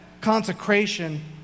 consecration